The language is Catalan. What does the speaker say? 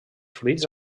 fruits